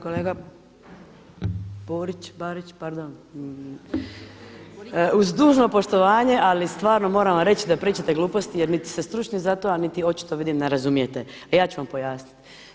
Kolega Borić, uz dužno poštovanje ali stvarno moram vam reći da pričate gluposti jer niti ste stručni za to, a niti očito vidim ne razumijete, a ja ću vam pojasniti.